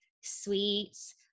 sweets